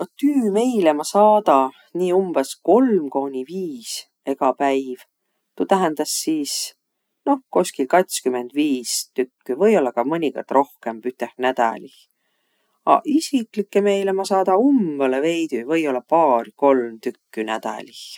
No tüümeile ma saada nii umbõs kolm kooniq viis egä päiv. Tuu tähendäs siis noh koskil katskümmend viis tükkü, või-ollaq ka mõnikõrd rohkõmb üteh nädälih. Aq isiklikke meile ma saada umbõlõ veidüq, või-ollaq paar-kolm tükkü nädälih.